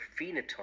phenotype